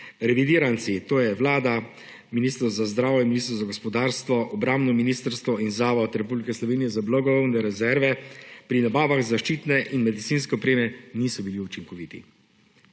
revidiranci, to so Vlada, ministrstvo za zdravje in ministrstvo za gospodarstvo, obrambno ministrstvo in Zavod Republike Slovenije za blagovne rezerve, pri nabavah zaščitne in medicinske opreme niso bili učinkoviti.